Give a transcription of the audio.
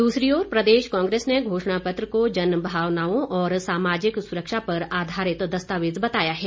दूसरी ओर प्रदेश कांग्रेस ने घोषणा पत्र को जनभावनाओं और सामाजिक सुरक्षा पर आधारित दस्तावेज बताया है